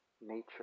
nature